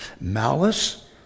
malice